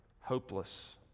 hopeless